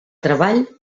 treball